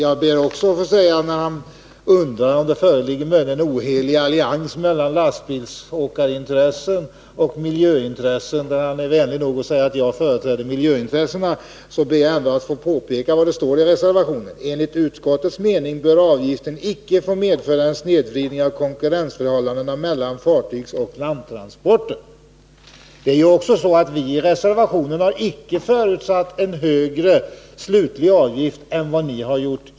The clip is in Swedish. Eftersom han undrar om det föreligger en ohelig allians mellan lastbilsåkarintressen och miljöintressen — han är vänlig nog att säga att jag företräder miljöintressena — ber jag att få påpeka vad det står i reservationen: ”Enligt utskottets mening bör avgiften inte få medföra en snedvridning av konkurrensförhållandena mellan fartygsoch landtransporter.” Vi har icke i reservationen förutsatt en högre slutlig avgift än majoriteten har gjort.